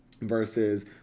versus